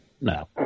No